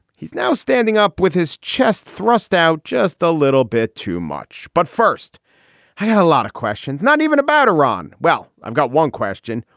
he's now standing up with his chest, thrust out just a little bit too much. but first, he had a lot of questions, not even about iran. well, i've got one question.